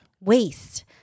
waste